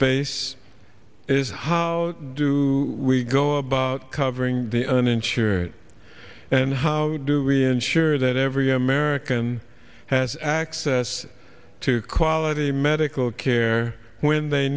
face is how do we go about covering the uninsured and how do we ensure that every american has access to quality medical care when they